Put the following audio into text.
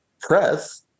press